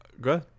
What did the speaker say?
Good